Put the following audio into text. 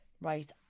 right